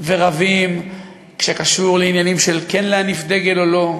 ורבים כשזה קשור לעניינים של כן להניף דגל או לא,